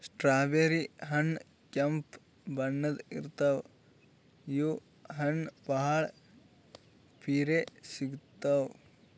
strawberry ಹಣ್ಣ್ ಕೆಂಪ್ ಬಣ್ಣದ್ ಇರ್ತವ್ ಇವ್ ಹಣ್ಣ್ ಭಾಳ್ ಪಿರೆ ಸಿಗ್ತಾವ್